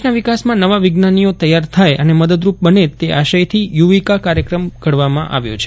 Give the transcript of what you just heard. દેશના વિકાસમાં નવા વિજ્ઞાનીઓ તૈયાર થાય અને મદદરૂપ બને તે આશયથી યુવિકા કાર્યક્રમ ઘડવામાં આવ્યો છે